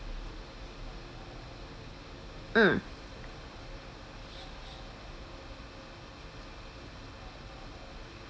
mm